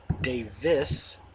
Davis